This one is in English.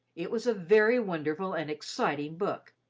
it was a very wonderful and exciting book,